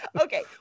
Okay